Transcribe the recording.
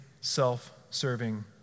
self-serving